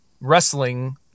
wrestling